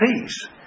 peace